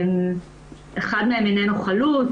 אחד מהם איננו חלוט.